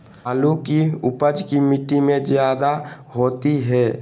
आलु की उपज की मिट्टी में जायदा होती है?